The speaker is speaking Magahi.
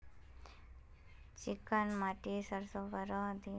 चिकन माटित सरसों बढ़ो होबे?